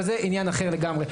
אבל זה עניין אחר לגמרי.